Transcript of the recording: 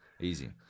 easy